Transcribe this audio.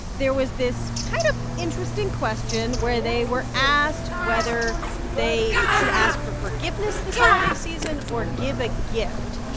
there was this kind of interesting question where they were asked whether they should ask for forgiveness this holiday season or give a gift.